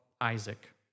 Isaac